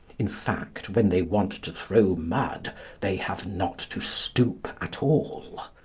in fact, when they want to throw mud they have not to stoop at all.